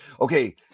okay